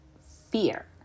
fear